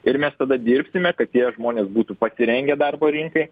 ir mes tada dirbsime kad tie žmonės būtų pasirengę darbo rinkai